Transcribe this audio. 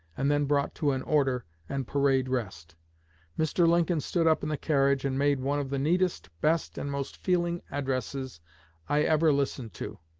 and then brought to an order and parade rest mr. lincoln stood up in the carriage, and made one of the neatest, best, and most feeling addresses i ever listened to,